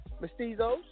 Mestizos